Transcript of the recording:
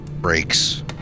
breaks